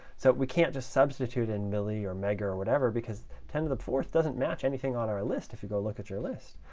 so we can't just substitute in milli, or mega, or whatever, because ten to the fourth doesn't match anything on our list if you go look at your list.